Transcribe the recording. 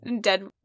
dead